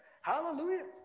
Hallelujah